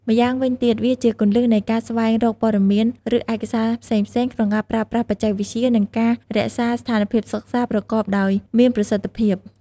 ម្យ៉ាងវិញទៀតវាជាគន្លឹះនៃការស្វែងរកព័ត៌មានឬឯកសារផ្សេងៗក្នុងការប្រើប្រាស់បច្ចេកវិទ្យា និងការរក្សាស្ថានភាពសិក្សាប្រកបដោយមានប្រសិទ្ធភាព។